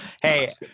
Hey